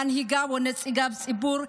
במנהיגיו ובנציגי הציבור,